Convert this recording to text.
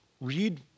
read